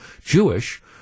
Jewish